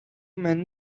men